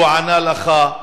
שהוא ענה לך?